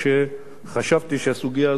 חשבתי שהסוגיה הזאת,